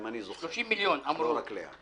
גם אני זוכר, לא רק לאה.